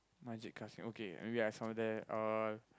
Masjid Kassim okay maybe I some day all